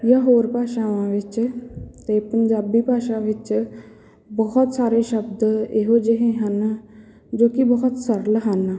ਜਾਂ ਹੋਰ ਭਾਸ਼ਾਵਾਂ ਵਿੱਚ ਅਤੇ ਪੰਜਾਬੀ ਭਾਸ਼ਾ ਵਿੱਚ ਬਹੁਤ ਸਾਰੇ ਸ਼ਬਦ ਇਹੋ ਜਿਹੇ ਹਨ ਜੋ ਕਿ ਬਹੁਤ ਸਰਲ ਹਨ